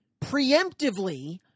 preemptively